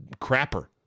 crapper